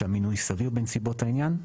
שהמינוי סביר בנסיבות העניין,